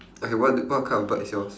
okay what what kind of bird is yours